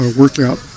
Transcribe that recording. workout